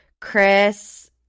Chris